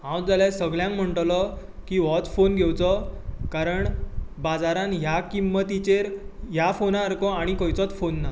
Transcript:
हांव जाल्यार सगळ्यांक म्हणटलो की होच फॉन घेवचो कारण बाजारांत ह्या किंमतीचेर ह्या फॉना सारको आनी खंयचोच फोन ना